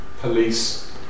police